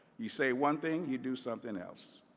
you say one thing. you do something else.